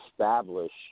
establish